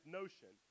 notion